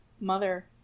mother